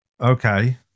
Okay